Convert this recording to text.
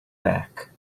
back